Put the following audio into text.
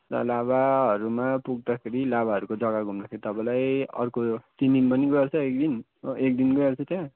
र लाभाहरू मा पुग्दाखेरि लाभाहरूको जग्गा घुम्दाखेरि तपाईँँलाई अर्को तिन दिन पनि गइहाल्छ एक दिन एक दिन गइहाल्छ त्यहाँ